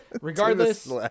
regardless